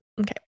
okay